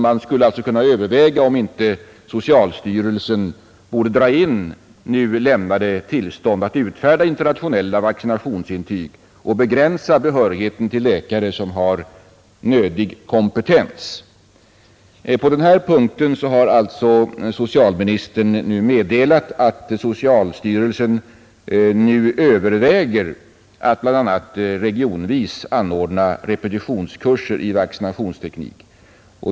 Man skulle alltså kunna överväga om inte socialstyrelsen borde dra in lämnade tillstånd att utfärda internationella vaccinationsintyg och begränsa behörigheten till läkare som har nödig kompetens. På denna punkt har socialministern här meddelat att socialstyrelsen ”nu överväger att bl.a. regionvis anordna repetitionskurser i vaccinationsteknik”.